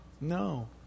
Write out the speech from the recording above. No